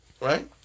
right